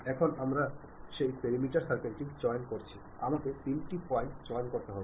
এখন আমরা সেই পেরিমিটার সার্কেল টি চয়ন করছি আমাকে তিনটি পয়েন্ট চয়ন করতে হবে